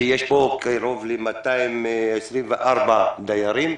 שיש בו קרוב ל-224 דיירים.